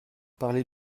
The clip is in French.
parler